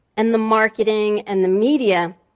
and the marketing and the media,